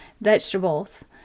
Vegetables